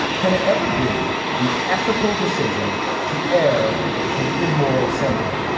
can it ever be an ethical decision to air an immoral sentiment?